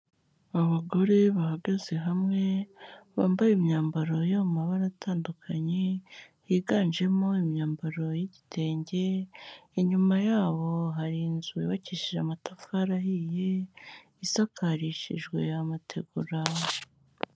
Abagore bahagaze hamwe, bambaye imyambaro yo mu mabara atandukanye higanjemo imyambaro y'igitenge, inyuma yabo hari inzu yubakishije amatafari ahiye, isakarishijwe amategura.